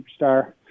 superstar